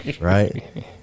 Right